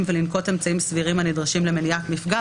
"ולנקוט אמצעים סבירים הנדרשים למניעת מפגע",